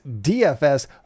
DFS